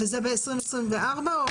וזה ב-2024?